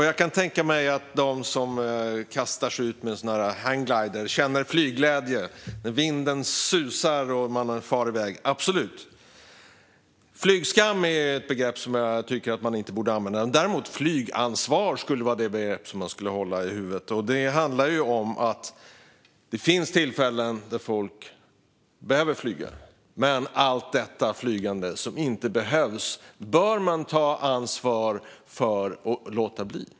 Jag kan tänka mig att de som kastar sig ut med en hang glider kan känna flygglädje när vinden susar och de far iväg - absolut! Flygskam är ett begrepp som jag tycker att man inte borde använda, men däremot skulle flygansvar kunna vara ett begrepp att hålla i huvudet. Det handlar om att det finns tillfällen där folk behöver flyga men att man bör ta ansvar och låta bli allt flygande som inte behövs.